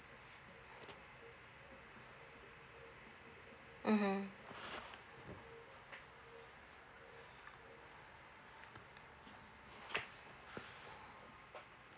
mmhmm